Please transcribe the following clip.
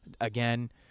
again